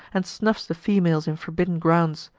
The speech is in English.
and snuffs the females in forbidden grounds.